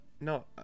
no